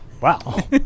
Wow